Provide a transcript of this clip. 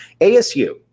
ASU